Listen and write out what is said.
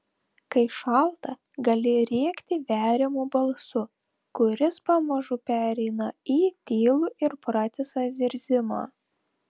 kai šalta gali rėkti veriamu balsu kuris pamažu pereina į tylų ir pratisą zirzimą